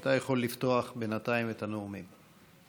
אתה יכול לפתוח בינתיים את הנאומים.